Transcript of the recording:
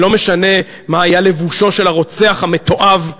ולא משנה מה היה לבושו של הרוצח המתועב,